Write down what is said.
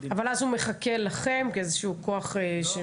אבל אז הוא מחכה לכם כאיזשהו כוח?